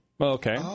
Okay